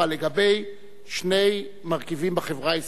אבל לגבי שני מרכיבים בחברה הישראלית,